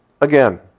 again